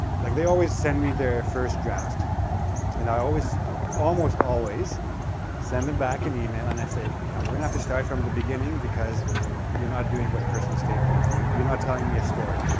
like, they always send me their first draft and i always almost always send them back an and email and i say, yeah, we're to have to start from the beginning, because you're not doing what a personal statement is. you're you're not telling me a story,